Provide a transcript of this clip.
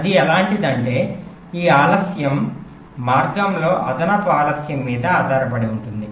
అది ఎలాంటిదంటే ఈ ఆలస్యం మార్గంలో అదనపు ఆలస్యం మీద ఆధారపడి ఉంటుంది